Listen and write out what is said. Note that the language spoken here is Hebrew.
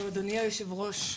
אדוני היושב-ראש,